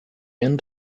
end